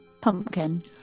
Pumpkin